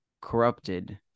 corrupted